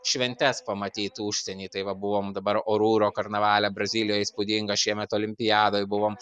šventes pamatyt užsieny tai va buvom dabar oruro karnavale brazilijoj įspūdinga šiemet olimpiadoj buvom